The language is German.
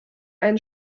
einen